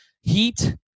Heat